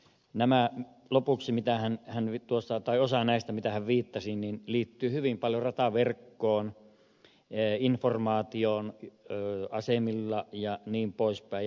osa tästä mihin hän vittu osaa tai osa näistä mitään viittasi liittyy hyvin paljon rataverkkoon informaatioon asemilla jnp